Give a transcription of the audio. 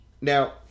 Now